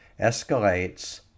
escalates